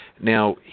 Now